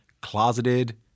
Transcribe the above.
closeted